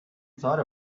thought